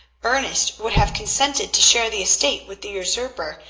ernest would have consented to share the estate with the usurper,